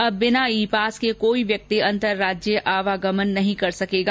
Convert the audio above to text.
अब बिना e pass के कोई व्यक्ति अंतरराज्यीय आवागमन नहीं कर सकेगा